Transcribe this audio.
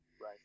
right